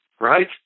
right